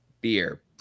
beer